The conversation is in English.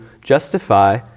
justify